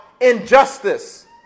injustice